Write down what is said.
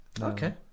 Okay